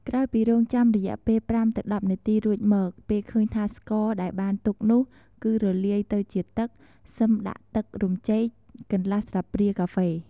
ក្រោយពីរង់ចាំរយៈពេល ៥ ទៅ ១០ នាទីរួចមក ពេលឃើញថាស្ករដែលបានទុកនោះគឺរលាយទៅជាទឹក សិមដាក់ទឹករំចេកកន្លះស្លាបព្រាកាហ្វេ។